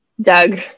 Doug